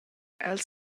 els